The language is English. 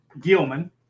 Gilman